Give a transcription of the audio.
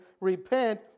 Repent